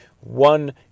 one